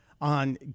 on